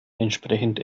entsprechend